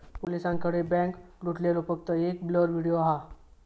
पोलिसांकडे बॅन्क लुटलेलो फक्त एक ब्लर व्हिडिओ हा